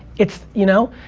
it's you know,